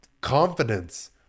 confidence